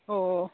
ꯑꯣ